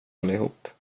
allihop